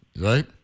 Right